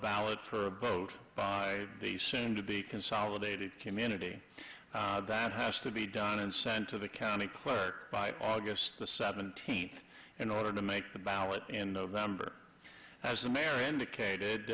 ballot for a vote by the soon to be consolidated community that has to be done and sent to the county clerk by august the seventeenth in order to make the ballot in november as the mary indicated